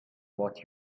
what